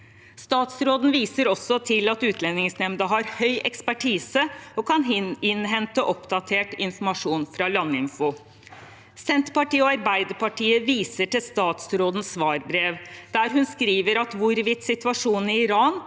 Statsråden viser også til at Utlendingsnemnda har høy ekspertise og kan innhente oppdatert informasjon fra Landinfo. Senterpartiet og Arbeiderpartiet viser til statsrådens svarbrev, der hun skriver at hvorvidt situasjonen i Iran